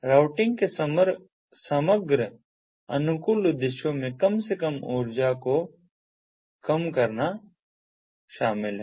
routing के समग्र अनुकूलन उद्देश्यों में कम से कम ऊर्जा को कम करना शामिल है